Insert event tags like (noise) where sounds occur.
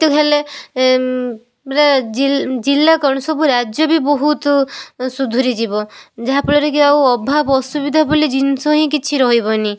(unintelligible) ହେଲେ ଜିଲ୍ଲା କ'ଣ ସବୁ ରାଜ୍ୟ ବି ବହୁତ ସୁଧୁରି ଯିବ ଯାହା ଫଳରେ କି ଆଉ ଅଭାବ ଅସୁବିଧା ବୋଲି ଜିନିଷ ହିଁ କିଛି ରହିବନି